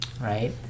right